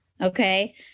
okay